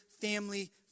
family